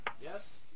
Yes